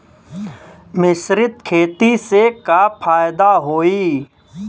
मिश्रित खेती से का फायदा होई?